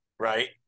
Right